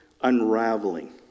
unraveling